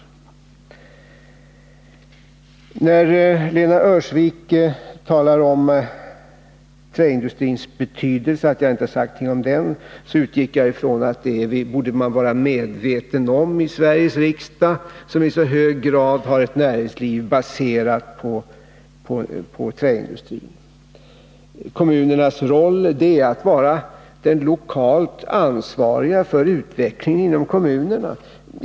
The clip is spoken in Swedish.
Lena Öhrsvik menar att jag inte har sagt någonting om träindustrins betydelse, men jag utgick från att man i Sveriges riksdag borde vara medveten om den, eftersom vi har ett näringsliv som i hög grad är baserat på träindustrin. Kommunernas roll är att lokalt vara ansvariga för utvecklingen inom kommunerna.